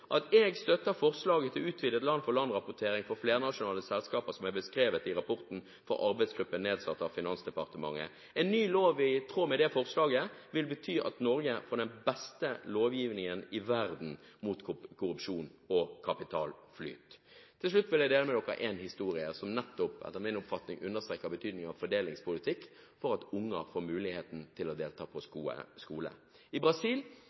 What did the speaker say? at jeg støtter forslaget til utvidet land-for-land-rapportering for flernasjonale selskaper, som er beskrevet i rapporten fra arbeidsgruppen nedsatt av Finansdepartementet. En ny lov i tråd med det forslaget vil bety at Norge får den beste lovgivningen i verden mot korrupsjon og kapitalflyt. Til slutt vil jeg fortelle en historie som etter min oppfatning nettopp understreker betydningen av fordelingspolitikk, ved at unger får muligheten til å delta på skole. I Brasil